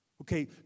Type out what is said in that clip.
Okay